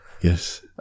Yes